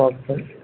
okay